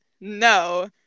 no